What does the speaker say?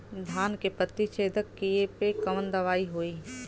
धान के पत्ती छेदक कियेपे कवन दवाई होई?